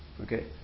Okay